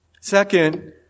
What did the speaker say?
Second